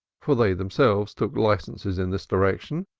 for they themselves took licenses in this direction,